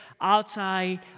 outside